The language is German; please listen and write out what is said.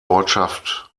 ortschaft